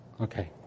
Okay